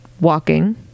walking